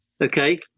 okay